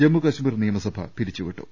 ജമ്മുകശ്മീർ നിയമസഭ പിരിച്ചുവിട്ടു